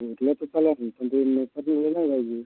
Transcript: उरला तर चालेल भी पण ते मोफत गेला नाही पाहिजे